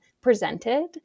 presented